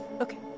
Okay